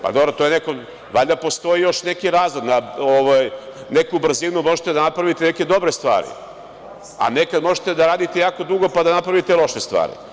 Pa, dobro, valjda postoji još neki razlog, na neku brzinu možete da napravite neke dobre stvari, a nekada možete da raditi jako dugo, pa da napravite loše stvari.